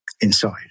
inside